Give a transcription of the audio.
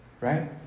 right